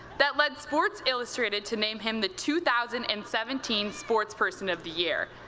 that led sports illustrated to name him the two thousand and seventeen sportsperson of the year.